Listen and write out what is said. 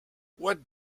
what